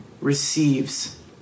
receives